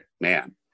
man